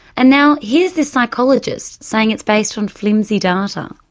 and now here's this psychologist saying it's based on flimsy data.